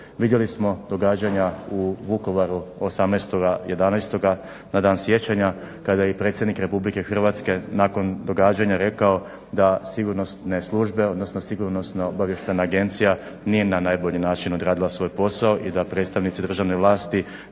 Vidjeli smo događanja u Vukovaru 18.11. na dan sjećanja kada je i predsjednik Republike Hrvatske nakon događanja rekao da sigurnosne službe, odnosno sigurnosno-obavještajna agencija nije na najbolji način odradila svoj posao i da predstavnici državne vlasti